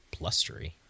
Blustery